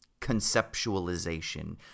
conceptualization